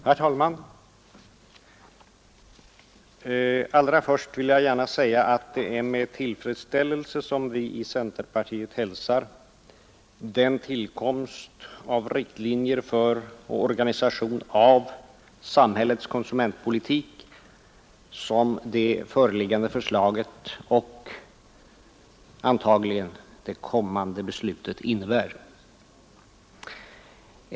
Herr talman! Allra först vill jag gärna säga att det är med tillfredsställelse som vi i centerpartiet hälsar den tillkomst av riktlinjer för och organisation av samhällets konsumentpolitik som det föreliggande förslaget och antagligen det kommande beslutet innebär.